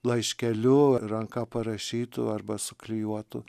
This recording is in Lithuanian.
laiškeliu ar ranka parašytu arba suklijuotu